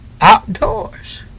outdoors